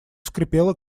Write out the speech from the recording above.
скрипело